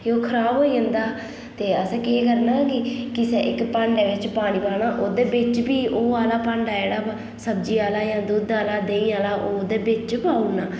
ते ओह् खराब होई जंदा ते असें केह् करना कि कुसै इक भांडे बिच्च पानी पाना ओह्दे बिच्च फ्ही ओह् आह्ला भांडा जेह्ड़ा सब्ज़ी आह्ला जां दुद्ध आह्ला जां देहीं आह्ला ओह् ओह्दे बिच्च पाऊ ओड़ना